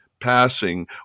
passing